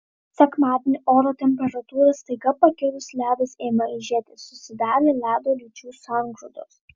sekmadienį oro temperatūrai staiga pakilus ledas ėmė aižėti ir susidarė ledo lyčių sangrūdos